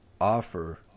offer